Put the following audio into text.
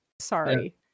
sorry